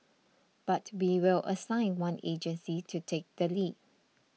but we will assign one agency to take the lead